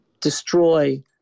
destroy